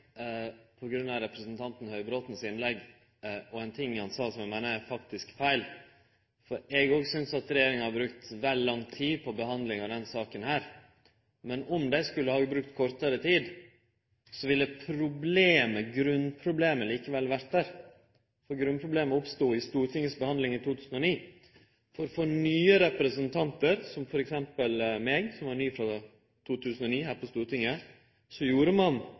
av representanten Høybråten sitt innlegg. Det var ein ting han sa, som eg meiner er feil. Eg òg synest at regjeringa har brukt vel lang tid på behandlinga av denne saka, men om dei skulle ha brukt kortare tid, så ville grunnproblemet likevel ha vore der, for grunnproblemet oppstod ved Stortinget si behandling i 2009. For nye representantar – som f.eks. meg, som var ny her på Stortinget frå 2009 – gjorde ein